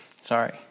Sorry